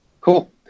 cool